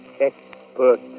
expert